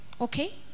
Okay